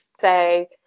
say